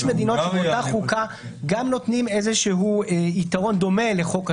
יש מדינות שבאותה חוקה גם נותנים איזשהו יתרון דומה לחוק השבות,